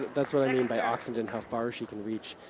that's what i mean by oxenden, how far she can reach.